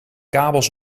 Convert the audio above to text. kabels